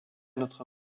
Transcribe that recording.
notre